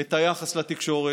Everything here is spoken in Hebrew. את היחס לתקשורת.